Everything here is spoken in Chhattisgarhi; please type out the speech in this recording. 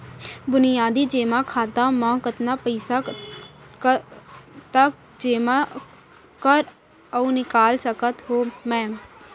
बुनियादी जेमा खाता म कतना पइसा तक जेमा कर अऊ निकाल सकत हो मैं?